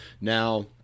Now